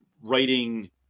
writing